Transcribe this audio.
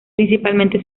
principalmente